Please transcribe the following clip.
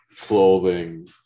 clothing